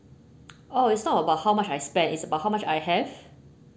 oh it's not about how much I spend it's about how much I have